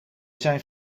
zijn